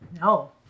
No